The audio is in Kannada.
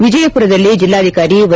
ವಿಜಯಪುರದಲ್ಲಿ ಜಿಲ್ಲಾಧಿಕಾರಿ ವೈ